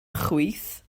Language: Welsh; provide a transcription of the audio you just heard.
chwith